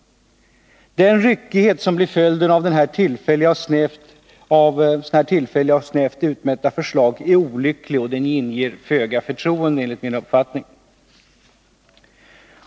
Den ryckighet som blir följden av dessa tillfälliga och snävt utmätta förslag är olycklig och inger föga förtroende.